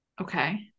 Okay